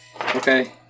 Okay